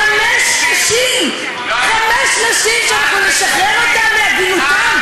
חמש נשים, חמש נשים שאנחנו נשחרר אותן מעגינותן.